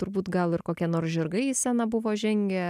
turbūt gal ir kokie nors žirgai į sceną buvo žengę